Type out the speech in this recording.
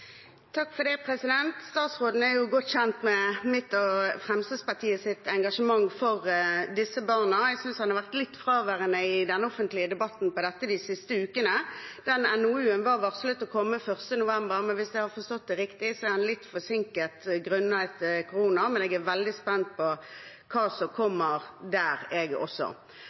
Statsråden er jo godt kjent med mitt og Fremskrittspartiets engasjement for disse barna. Jeg synes han har vært litt fraværende i den offentlige debatten om dette de siste ukene. Denne NOU-en var varslet å komme 1. november, men hvis jeg har forstått det riktig, er den litt forsinket grunnet korona. Jeg er veldig spent på hva som kommer der, jeg også.